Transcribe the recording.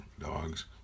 dogs